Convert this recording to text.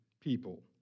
people